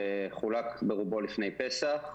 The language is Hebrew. וחולק ברובו לפני פסח,